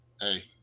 Hey